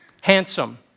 Handsome